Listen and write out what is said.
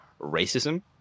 racism